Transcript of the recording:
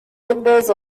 windows